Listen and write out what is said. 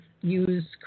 use